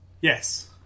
Yes